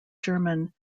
german